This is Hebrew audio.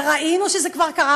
וראינו שזה כבר קרה.